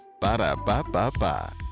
Ba-da-ba-ba-ba